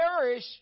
perish